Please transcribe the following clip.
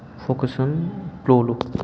Volkswagen polo